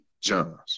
John's